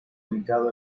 ubicado